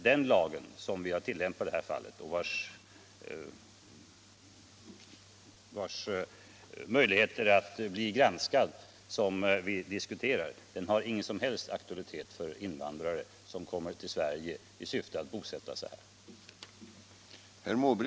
Den lag som vi tillämpat i detta fall har ingen som helst aktualitet för invandrare som kommer till Sverige i syfte att bosätta sig här.